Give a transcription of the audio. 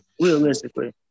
Realistically